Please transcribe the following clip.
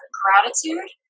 gratitude